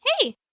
Hey